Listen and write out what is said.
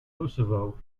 kosovo